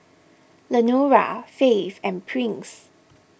Lenora Faith and Prince